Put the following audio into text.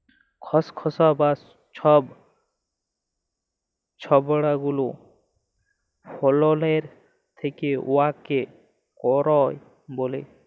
খসখসা যা ছব ছবড়া গুলা ফলের থ্যাকে উয়াকে কইর ব্যলে